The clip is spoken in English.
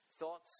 thoughts